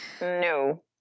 no